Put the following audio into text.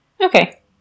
Okay